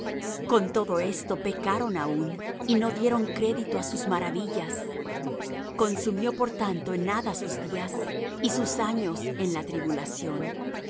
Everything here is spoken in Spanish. con todo esto pecaron aún y no dieron crédito á sus maravillas consumió por tanto en nada sus días y sus años en la tribulación